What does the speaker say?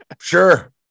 sure